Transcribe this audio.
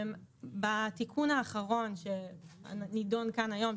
בתיקון האחרון שנידון כאן היום,